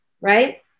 right